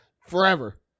forever